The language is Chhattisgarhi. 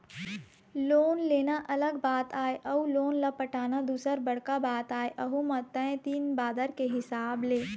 लोन लेना अलग बात आय अउ लोन ल पटाना दूसर बड़का बात आय अहूँ म तय दिन बादर के हिसाब ले